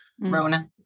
Rona